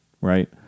right